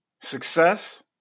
success